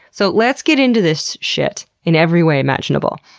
so let's get into this shit, in every way imaginable.